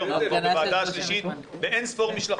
היום זו הוועדה השלישית ואין-ספור משלחות